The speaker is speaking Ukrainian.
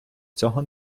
цього